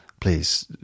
please